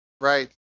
Right